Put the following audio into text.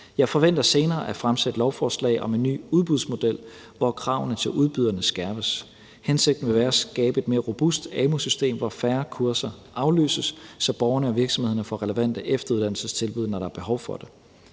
Jeg forventer senere at fremsætte lovforslag om en ny udbudsmodel, hvor kravene til udbyderne skærpes. Hensigten vil være at skabe et mere robust amu-system, hvor færre kurser aflyses, så borgerne og virksomhederne får relevante efteruddannelsestilbud, når der er behov for det.